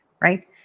right